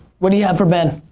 what you have for ben?